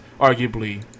arguably